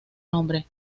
nombre